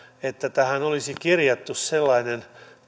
että tähän olisi kirjattu sellainen